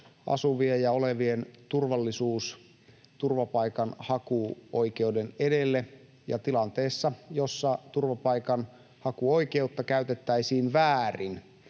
asuvien ja olevien turvallisuus, turvapaikanhakuoikeuden edelle, ja tilanteessa, jossa turvapaikanhakuoikeutta käytettäisiin väärin